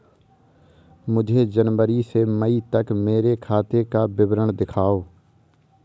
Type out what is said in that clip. मुझे जनवरी से मई तक मेरे खाते का विवरण दिखाओ?